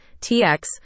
TX